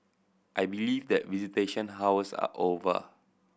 I believe that visitation hours are over